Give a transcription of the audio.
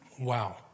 Wow